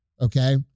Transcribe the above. Okay